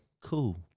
cool